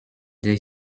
their